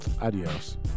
Adios